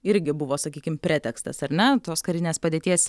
irgi buvo sakykim pretekstas ar ne tos karinės padėties